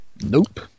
Nope